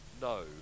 no